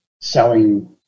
selling